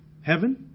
heaven